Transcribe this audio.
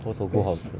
猴头菇好吃